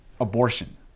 abortion